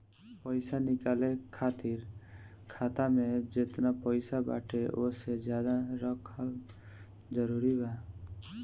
पईसा निकाले खातिर खाता मे जेतना पईसा बाटे ओसे ज्यादा रखल जरूरी बा?